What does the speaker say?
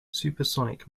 supersonic